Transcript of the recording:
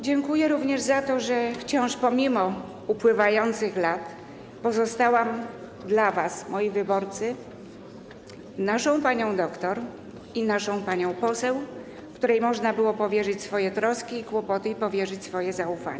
Dziękuję również za to, że wciąż pomimo upływających lat pozostałam dla was, moi wyborcy, naszą panią doktor i naszą panią poseł, której można było powierzyć swoje troski i kłopoty, zaufać.